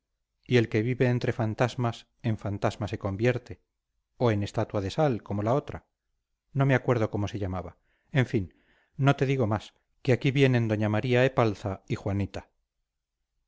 y el que vive entre fantasmas en fantasma se convierte o en estatua de sal como la otra no me acuerdo cómo se llamaba en fin no te digo más que aquí vienen doña maría epalza y juanita